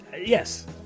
Yes